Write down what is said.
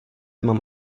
mám